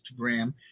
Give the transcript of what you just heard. Instagram